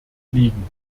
liegen